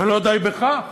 ולא די בכך,